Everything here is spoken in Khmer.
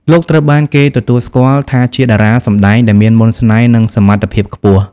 លោកត្រូវបានគេទទួលស្គាល់ថាជាតារាសម្ដែងដែលមានមន្តស្នេហ៍និងសមត្ថភាពខ្ពស់។